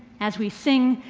as we sing,